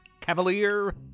Cavalier